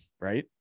right